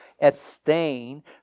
Abstain